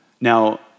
Now